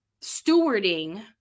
stewarding